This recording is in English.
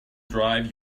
drive